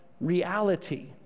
reality